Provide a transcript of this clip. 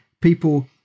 people